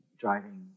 driving